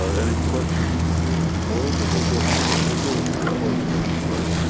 any questions from the board or we'll go for the wiggle with the report first, right?